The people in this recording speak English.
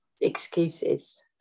excuses